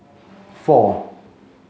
four